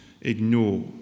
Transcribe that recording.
ignore